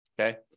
Okay